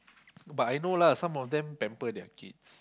but I know lah some of them pamper their kids